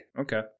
Okay